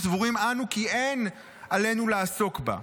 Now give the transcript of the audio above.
שסבורים אנו כי אין לנו לעסוק בה'.